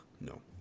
No